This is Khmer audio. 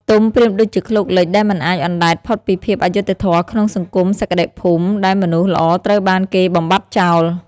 ទុំប្រៀបដូចជា "ឃ្លោកលិច" ដែលមិនអាចអណ្ដែតផុតពីភាពអយុត្តិធម៌ក្នុងសង្គមសក្តិភូមិ ដែលមនុស្សល្អត្រូវបានគេបំបាត់ចោល។